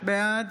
בעד